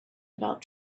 about